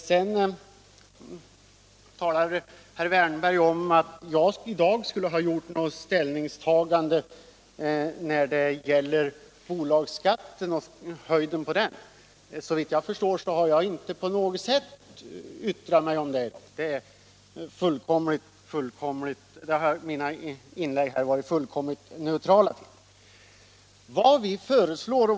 Sedan talar herr Wärnberg om att jag i dag skulle ha tagit ställning till bolagsskattens höjd. Såvitt jag förstår har jag inte på något sätt yttrat mig om den. Mina inlägg här har varit fullkomligt neutrala på den punkten.